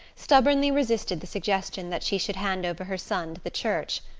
stubbornly resisted the suggestion that she should hand over her son to the church.